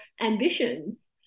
ambitions